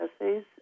essays